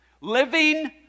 Living